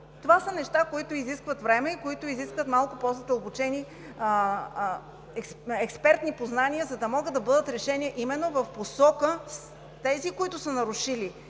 Това са неща, които изискват време и които изискват малко по задълбочени експертни познания, за да могат да бъдат решени именно в посока – тези, които са нарушили